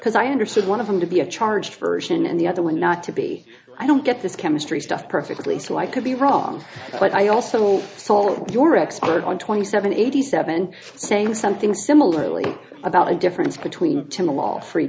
because i understood one of them to be a charge version and the other one not to be i don't get this chemistry stuff perfectly so i could be wrong but i also saw your expert on twenty seven eighty seven saying something similarly about a difference between